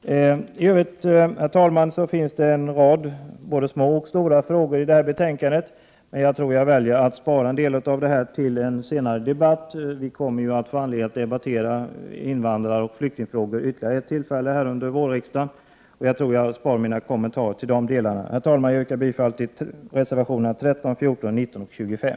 I övrigt finns det, herr talman, en rad både stora och små frågor i detta betänkande, men jag väljer att spara dem till en senare debatt. Vi kommer ju att få anledning att debattera invandraroch flyktingfrågor vid ytterligare ett tillfälle under riksmötet. Herr talman! Jag yrkar bifall till reservationerna 13, 14, 19 och 25.